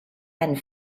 and